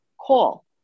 call